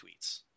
tweets